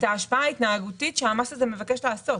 ההשפעה ההתנהגותית שהמס הזה מבקש לעשות.